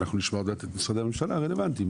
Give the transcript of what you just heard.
ואנחנו נשמע עוד מעט את משרדי הממשלה הרלוונטיים,